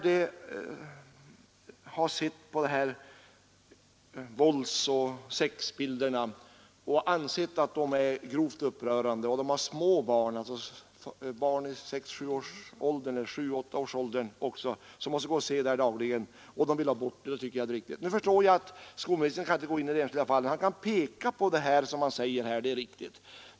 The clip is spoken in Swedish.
De har sett på dessa våldsoch sexbilder som de anser vara grovt upprörande. De har också små barn i sjuoch åttaårsåldern som måste gå och se detta dagligen. Då tycker jag att det är riktigt att föräldrarna vill ha bort det. Nu förstår jag att skolministern inte kan gå in på det enskilda fallet. Han kan peka på det, som han här säger — det är riktigt.